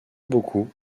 beaucoup